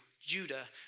Judah